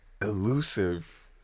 elusive